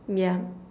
yeah